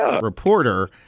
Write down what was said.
reporter